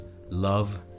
love